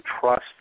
trust